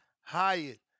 Hyatt